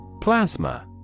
Plasma